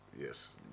Yes